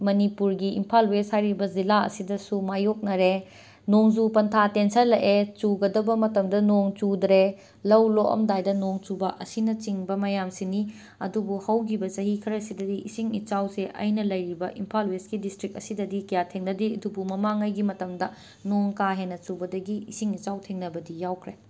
ꯃꯅꯤꯄꯨꯔꯒꯤ ꯏꯝꯐꯥꯜ ꯋꯦꯁ ꯍꯥꯏꯔꯤꯕ ꯖꯤꯂꯥ ꯑꯁꯤꯗꯁꯨ ꯃꯥꯌꯣꯛꯅꯔꯦ ꯅꯣꯡꯖꯨ ꯄꯟꯊꯥ ꯇꯦꯟꯁꯤꯜꯂꯀꯑꯦ ꯆꯨꯒꯗꯕ ꯃꯇꯝꯗ ꯅꯣꯡ ꯆꯨꯗ꯭ꯔꯦ ꯂꯧ ꯂꯣꯛꯑꯝꯗꯥꯏꯗ ꯅꯣꯡ ꯆꯨꯕ ꯑꯁꯤꯅꯆꯤꯡꯕ ꯃꯌꯥꯝꯁꯤꯅꯤ ꯑꯗꯨꯕꯨ ꯍꯧꯈꯤꯕ ꯆꯍꯤ ꯈꯔꯁꯤꯗꯗꯤ ꯏꯁꯤꯡ ꯏꯆꯥꯎꯁꯦ ꯑꯩꯅ ꯂꯩꯔꯤꯕ ꯏꯝꯐꯥꯜ ꯋꯦꯁ ꯀꯤ ꯗꯤꯁꯇ꯭ꯔꯤꯛ ꯑꯁꯤꯗꯗꯤ ꯀꯌꯥ ꯊꯦꯡꯅꯗꯦ ꯑꯗꯨꯕꯨ ꯃꯃꯥꯡꯉꯩꯒꯤ ꯃꯇꯝꯗ ꯅꯣꯡ ꯀꯥꯍꯦꯟꯅ ꯆꯨꯕꯗꯒꯤ ꯏꯁꯤꯡ ꯏꯆꯥꯎ ꯊꯦꯡꯅꯕꯗꯤ ꯌꯥꯎꯈ꯭ꯔꯦ